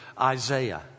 Isaiah